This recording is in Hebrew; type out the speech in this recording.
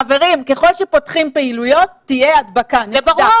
חברים, ככל שפותחים פעילויות תהיה הדבקה, נקודה.